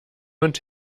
und